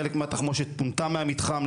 חלק מהתחמושת פונתה מהמתחם,